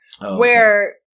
where-